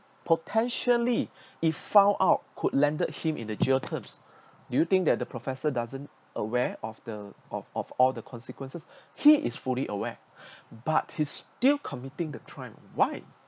potentially if found out could landed him in the jail terms do you think that the professor doesn't aware of the of of all the consequences he is fully aware but he's still committing the crime why